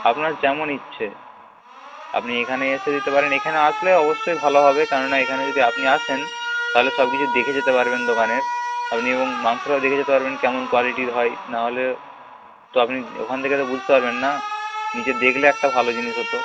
আপনার যেমন ইচ্ছে আপনি এখানে এসে দিতে পারেন এখানে আসলে অবশ্যই ভালো হবে কেন না এখানে যদি আপনি আসেন তাহলে সব কিছু দেখে যেতে পারবেন দোকানের আপনি এবং মাংসটাও দেখে যেতে পারবেন কেমন কোয়ালিটির হয় না হলেও তো আপনি ওখান থেকে বুঝতে পারবেন না নিজে দেখলে একটা ভালো জিনিস হতো